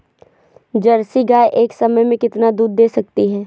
Jersey गाय एक समय में कितना दूध दे सकती है?